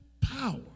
power